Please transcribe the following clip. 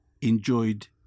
enjoyed